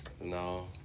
No